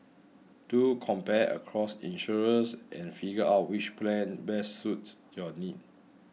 do compare across insurers and figure out which plan best suits your needs